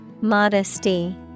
Modesty